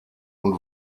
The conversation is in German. und